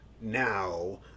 now